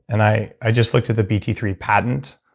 and i i just looked at the b t three patent,